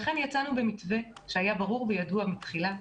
לכן יצאנו במתווה שהיה ברור מלכתחילה.